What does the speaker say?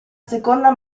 seconda